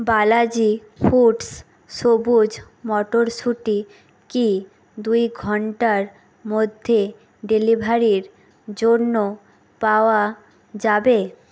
Balaji foods সবুুজ মটরশুঁটি কি দুই ঘন্টার মধ্যে ডেলিভারির জন্য পাওয়া যাবে